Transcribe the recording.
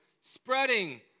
spreading